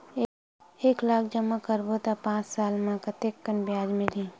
एक लाख जमा करबो त पांच साल म कतेकन ब्याज मिलही?